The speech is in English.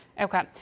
Okay